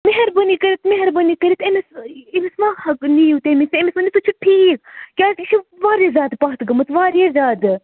مہربٲنی کٔرِتھ مہربٲنی کٔرِتھ أمِس أمِس ماحق نِیِو تٔمِس تہِ أمِس ؤنِو سُہ چھُ ٹھیٖک کیٛازِ یہِ چھُ واریاہ زیادٕ پَتھ گٔمٕژ واریاہ زیادٕ